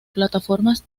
plataformas